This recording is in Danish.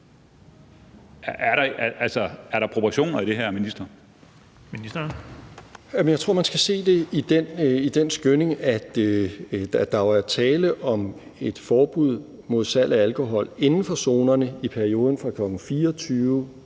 Justitsministeren (Nick Hækkerup): Jeg tror, man skal se det i den skynding, at der jo er tale om et forbud mod salg af alkohol inden for zonerne i perioden fra kl.